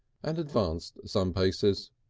and advanced some paces.